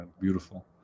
Beautiful